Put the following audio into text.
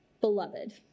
beloved